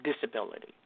disability